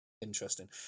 interesting